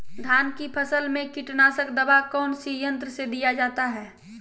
धान की फसल में कीटनाशक दवा कौन सी यंत्र से दिया जाता है?